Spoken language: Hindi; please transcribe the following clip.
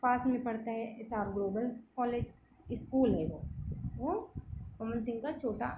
पास में पड़ता है S R global college school है वो वह पवन सिंह का छोटा